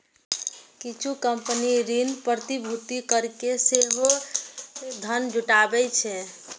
किछु कंपनी ऋण प्रतिभूति कैरके सेहो धन जुटाबै छै